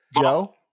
joe